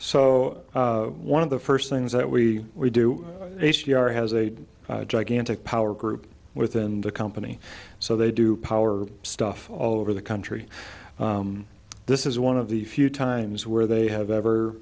so one of the first things that we we do h d r has a gigantic power group within the company so they do power stuff all over the country this is one of the few times where they